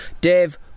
Dave